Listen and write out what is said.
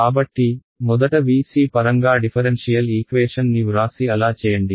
కాబట్టి మొదట VC పరంగా డిఫరెన్షియల్ ఈక్వేషన్ ని వ్రాసి అలా చేయండి